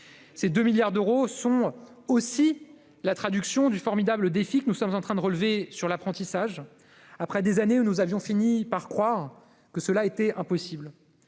Ces 2 milliards d'euros sont la traduction du formidable défi que nous sommes en train de relever sur l'apprentissage après des années où nous avions fini par croire que cela était impossible.